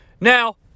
Now